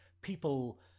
people